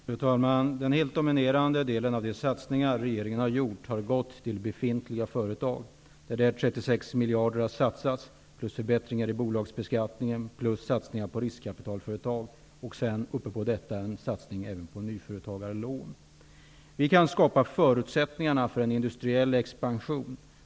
Fru talman! Den helt dominerande delen av de satsningar regeringen har gjort har gått till befintliga företag. 36 miljarder har satsats på förbättringar av bolagsbeskattningen. Dessutom har satsningar gjorts på riskkapitalföretag och, ovanpå det, en satsning på nyföretagarlån. Vi kan skapa förutsättningar för en industriell expansion.